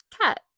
cat